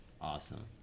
Awesome